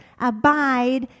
abide